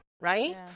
right